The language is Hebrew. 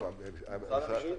משרד המשפטים?